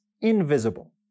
invisible